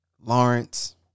Lawrence